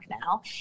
now